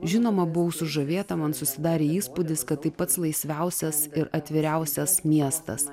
žinoma buvau sužavėta man susidarė įspūdis kad tai pats laisviausias ir atviriausias miestas